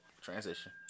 transition